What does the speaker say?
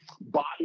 body